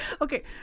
okay